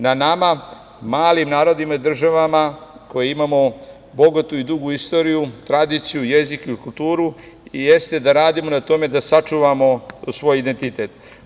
Na nama, malim narodima i državama koji imamo bogatu i dugu istoriju, tradiciju, jezik i kulturu, jeste da radimo na tome da sačuvamo svoj identitet.